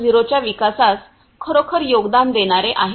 0 च्या विकासास खरोखर योगदान देणारे आहे